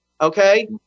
okay